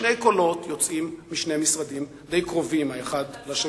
שני קולות יוצאים משני משרדים די קרובים האחד לשני.